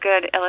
good